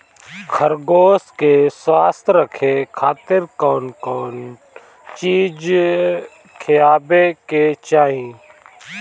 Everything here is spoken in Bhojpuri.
खरगोश के स्वस्थ रखे खातिर कउन कउन चिज खिआवे के चाही?